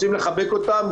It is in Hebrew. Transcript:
רוצים לחבק אותם,